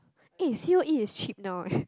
eh C_O_E is cheap now eh